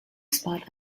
spot